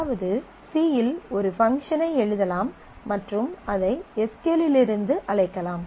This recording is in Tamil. அதாவது C இல் ஒரு பங்க்ஷன் ஐ எழுதலாம் மற்றும் அதை எஸ் க்யூ எல் லிருந்து அழைக்கலாம்